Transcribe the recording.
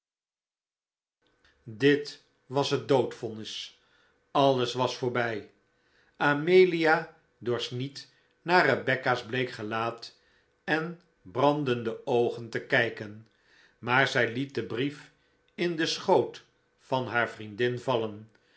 dit was het doodvonnis alles was voorbij amelia dorst niet naar rebecca's bleek gelaat en brandende oogen te kijken maar zij liet den brief in den schoot van haar vriendin vallen